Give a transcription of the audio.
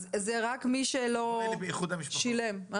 כמו אלה מאיחוד המשפחות.